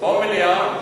או מליאה,